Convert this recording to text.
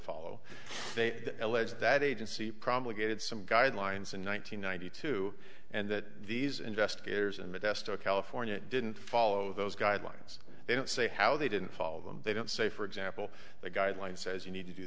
follow they allege that agency promulgated some guidelines in one thousand nine hundred two and that these investigators in modesto california didn't follow those guidelines they don't say how they didn't follow them they don't say for example the guidelines says you need to do